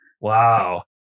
Wow